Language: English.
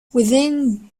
within